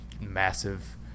massive